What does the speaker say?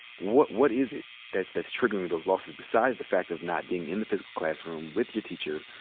what what is it that's that's triggering those losses besides the fact of not being in the physical classroom with your teacher?